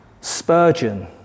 Spurgeon